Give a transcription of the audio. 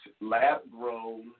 lab-grown